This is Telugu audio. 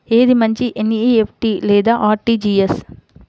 ఏది మంచి ఎన్.ఈ.ఎఫ్.టీ లేదా అర్.టీ.జీ.ఎస్?